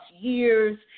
years